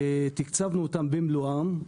ותקצבנו אותם במלואם.